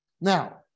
Now